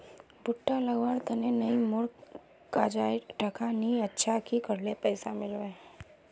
भुट्टा लगवार तने नई मोर काजाए टका नि अच्छा की करले पैसा मिलबे?